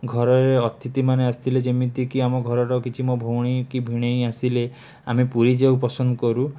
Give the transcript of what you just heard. ଘରେ ଅତିଥିମାନେ ଆସିଥିଲେ ଯେମିତି କି ଆମ ଘରର କିଛି ମୋ ଭଉଣୀ କି ଭିଣେଇ ଆସିଲେ ଆମେ ପୁରୀ ଯିବାକୁ ପସନ୍ଦ କରୁ